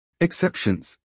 Exceptions